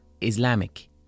Islamic